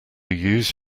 use